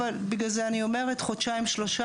אבל לכן אני אומרת שבתוך חודשיים-שלושה